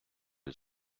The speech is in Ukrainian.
від